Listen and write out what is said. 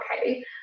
okay